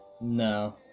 No